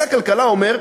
שר הכלכלה אומר: